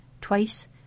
twice